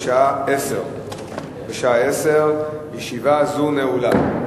בשעה 10:00. ישיבה זאת נעולה,